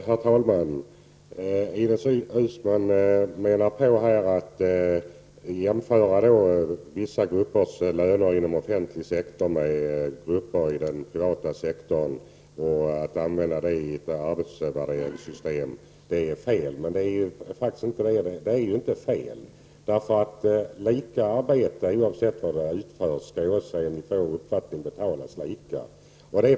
Herr talman! Ines Uusmann menar att det är fel att jämföra löner för vissa grupper inom den offentliga sektorn med löner för grupper inom den privata sektorn och att använda det i ett arbetsvärderingssystem. Men det är ju faktiskt inte fel. Lika arbete -- oavsett var det utförs -- skall enligt vår uppfattning betalas lika.